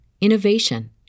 innovation